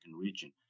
region